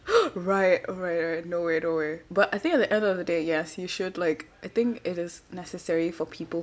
right alright no it or but I think at the end of the day yes you should like I think it is necessary for people